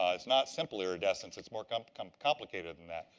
ah it's not simple iridescence, it's more kind of kind of complicated than that.